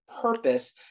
purpose